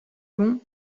long